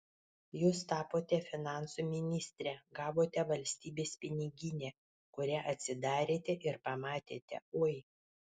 jūs tapote finansų ministre gavote valstybės piniginę kurią atsidarėte ir pamatėte oi